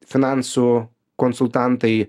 finansų konsultantai